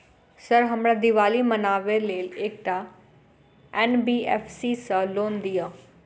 Sir हमरा दिवाली मनावे लेल एकटा एन.बी.एफ.सी सऽ लोन दिअउ?